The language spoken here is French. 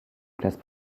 classe